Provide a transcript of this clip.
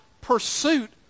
pursuit